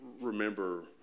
remember